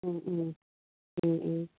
ꯎꯝ ꯎꯝ ꯎꯝ ꯎꯝ